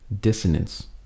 dissonance